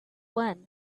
one